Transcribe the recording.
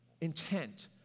intent